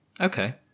Okay